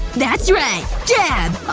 that's right! dab!